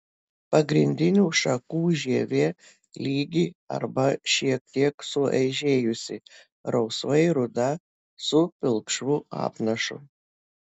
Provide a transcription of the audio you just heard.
pagrindinių šakų žievė lygi arba šiek tiek suaižėjusi rausvai ruda su pilkšvu apnašu